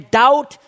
doubt